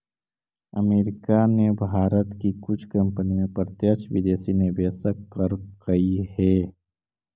America ने भारत की कुछ कंपनी में प्रत्यक्ष विदेशी निवेश करकई हे